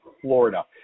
florida